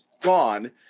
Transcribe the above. gone